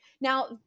now